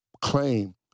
claim